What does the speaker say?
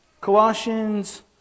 Colossians